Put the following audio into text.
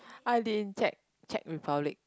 I think Czech Czech Republic